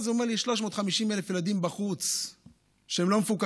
אז הוא אומר לי: יש 350,000 ילדים בחוץ שהם לא מפוקחים,